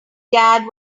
dad